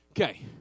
Okay